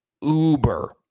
uber